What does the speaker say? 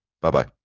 Bye-bye